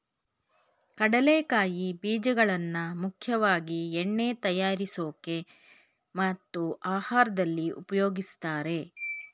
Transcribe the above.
ಕಡಲೆಕಾಯಿ ಬೀಜಗಳನ್ನಾ ಮುಖ್ಯವಾಗಿ ಎಣ್ಣೆ ತಯಾರ್ಸೋಕೆ ಮತ್ತು ಆಹಾರ್ದಲ್ಲಿ ಉಪಯೋಗಿಸ್ತಾರೆ